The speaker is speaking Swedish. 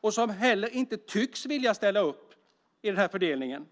och som heller inte tycks vilja ställa upp i fördelningen?